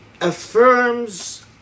affirms